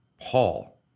paul